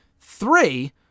Three